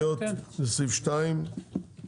הסתייגויות לסעיף 2 של קבוצת חד"ש-תע"ל.